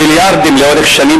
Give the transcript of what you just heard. מיליארדים לאורך שנים,